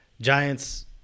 Giants